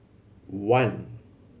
one